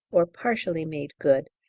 or partially made good,